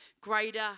greater